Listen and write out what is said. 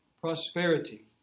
prosperity